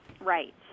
Right